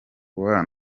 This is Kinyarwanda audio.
wawe